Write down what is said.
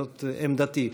זאת עמדתי.